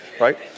right